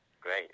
Great